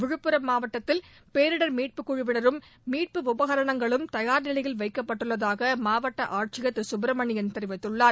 விழுப்புரம் மாவட்டத்தில் பேரிடர் மீட்புக் குழுவினரும் மீட்பு உபகரணங்களும் தயார் நிலையில் வைக்கப்பட்டுள்ளதாக மாவட்ட ஆட்சியர் திரு சுப்பிரமணியன் தெரிவித்துள்ளார்